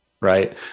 Right